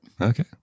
Okay